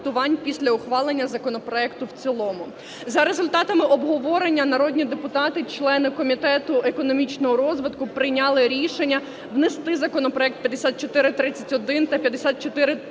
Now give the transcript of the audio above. після ухвалення законопроекту в цілому. За результатами обговорення народні депутати, члени Комітету економічного розвитку, прийняли рішення внести законопроект 5431 та 5431-1